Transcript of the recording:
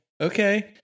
okay